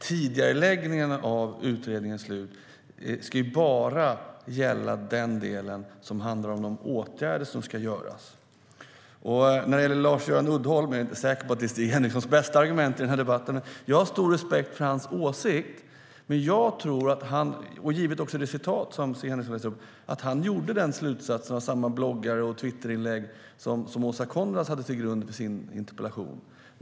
Tidigareläggningen av utredningens slut ska bara gälla den delen som handlar om de åtgärder som ska göras. När det gäller Lars-Göran Uddholm är jag inte säker på att det är Stig Henrikssons bästa argument i debatten. Jag har stor respekt för hans åsikt. Men givet det citat som Stig Henriksson läste upp tror jag att han gjorde den slutsatsen på samma bloggar och Twitterinlägg som Åsa Coenraads hade till grund för sin interpellation.